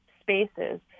spaces